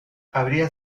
habría